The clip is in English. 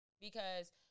because-